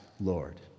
Lord